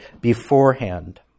beforehand